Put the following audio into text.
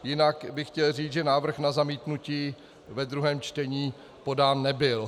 Jinak bych chtěl říci, že návrh na zamítnutí ve druhém čtení podán nebyl.